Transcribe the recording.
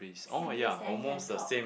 sea breeze then can talk